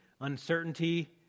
uncertainty